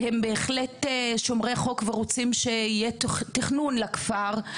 הם בהחלט שומרי חוק ורוצים שיהיה תכנון לכפר.